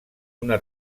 una